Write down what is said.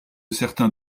certains